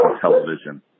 television